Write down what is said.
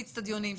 באצטדיונים,